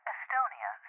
Estonia